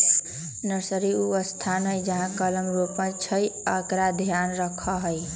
nursery उ स्थान हइ जहा कलम रोपइ छइ आ एकर ध्यान रखहइ